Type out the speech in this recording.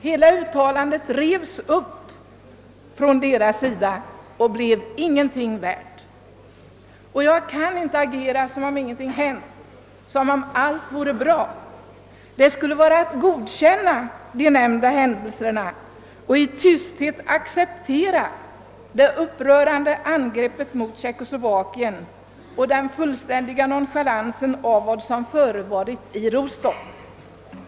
Hela uttalandet revs upp av öststaterna och blev ingenting värt. Jag kan inte agera som om ingenting hänt och som om allt vore bra. Det skulle vara att godkänna de nämnda händelserna och i tysthet acceptera det upprörande angreppet mot Tjeckoslovakien liksom den fullständiga nonchalansen av vad som förevarit i Rostock.